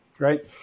right